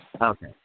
Okay